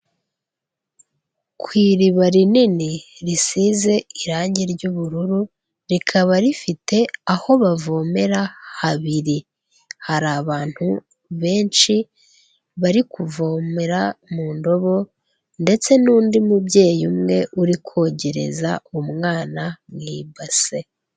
Ku iriba rinini risize irange ry'ubururu rikaba rifite aho bavomera habiri, hari abantu benshi bari kuvomera mu ndobo ndetse n'undi mubyeyi umwe uri kogereza umwana mu ibase.